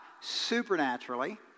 supernaturally